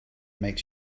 makes